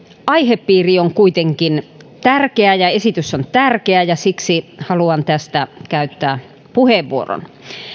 aihepiiri on kuitenkin tärkeä ja esitys on tärkeä ja siksi haluan tästä käyttää puheenvuoron